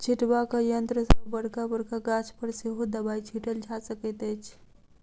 छिटबाक यंत्र सॅ बड़का बड़का गाछ पर सेहो दबाई छिटल जा सकैत अछि